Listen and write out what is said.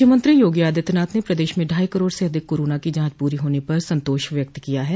मुख्यमंत्री योगी आदित्यनाथ ने प्रदेश में ढाई करोड़ से अधिक कोरोना की जाचं पूरी होने पर संतोष व्यक्त किया है